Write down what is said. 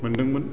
मोन्दोंमोन